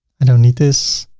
i don't need this.